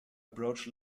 approach